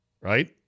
right